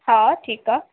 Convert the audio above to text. हा ठीकु आहे